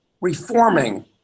reforming